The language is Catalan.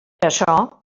açò